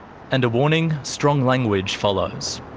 and a warning strong language follows.